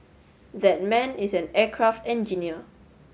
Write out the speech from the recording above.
that man is an aircraft engineer